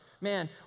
man